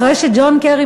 אחרי שג'ון קרי,